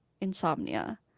Insomnia